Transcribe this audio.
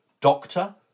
doctor